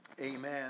Amen